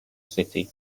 city